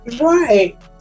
Right